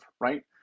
Right